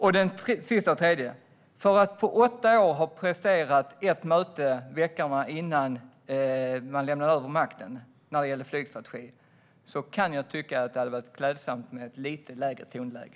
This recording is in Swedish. För dem som på åtta år presterade ett möte om flygstrategin i veckorna innan man lämnade över makten kan jag tycka att det hade varit klädsamt med ett lite lägre tonläge.